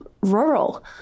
rural